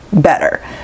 better